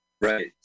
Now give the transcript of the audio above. Right